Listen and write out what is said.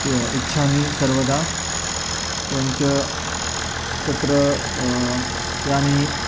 य् इच्छामि सर्वदा एवं च तत्र यानि